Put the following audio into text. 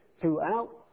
throughout